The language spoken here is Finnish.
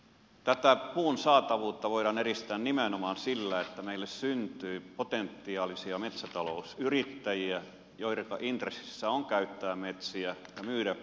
tätä puun saatavuutta voidaan edistää nimenomaan sillä että meille syntyy potentiaalisia metsätalousyrittäjiä joidenka intressissä on käyttää metsiä ja myydä puuta